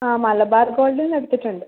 ആ മലബാർ ഗോൾഡ് നിന്ന് എടുത്തിട്ടുണ്ട്